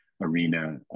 arena